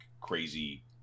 crazy